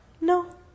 No